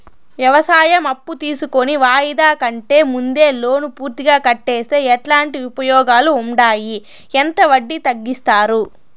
వ్యవసాయం అప్పు తీసుకొని వాయిదా కంటే ముందే లోను పూర్తిగా కట్టేస్తే ఎట్లాంటి ఉపయోగాలు ఉండాయి? ఎంత వడ్డీ తగ్గిస్తారు?